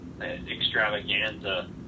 extravaganza